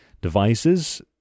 devices